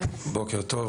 בוקר טוב,